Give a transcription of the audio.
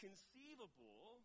conceivable